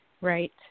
Right